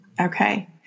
Okay